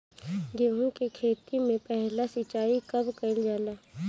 गेहू के खेती मे पहला सिंचाई कब कईल जाला?